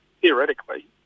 theoretically